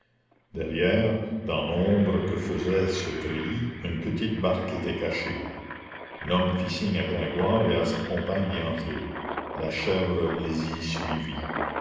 derrière dans l'ombre que faisait ce treillis une petite barque était cachée l'homme fit signe à gringoire et à sa compagne d'y entrer la chèvre les y suivit